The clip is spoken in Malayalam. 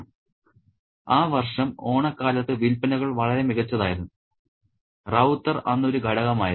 'ആ വർഷം ഓണക്കാലത്ത് വിൽപ്പനകൾ വളരെ മികച്ചതായിരുന്നു റൌത്തർ അന്ന് ഒരു ഘടകമായിരുന്നു